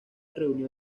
unión